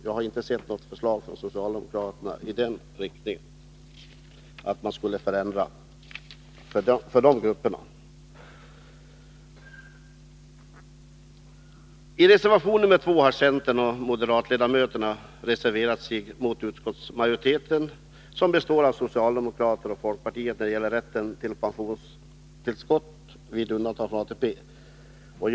Jag har inte sett några förslag från socialdemokraterna i syfte att vi skall förändra för dessa grupper. I reservation nr 2 har centerns och moderata samlingspartiets ledamöter reserverat sig mot utskottsmajoriteten, som består av socialdemokrater och folkpartister, när det gäller rätten till pensionstillskott vid undantagande från ATP.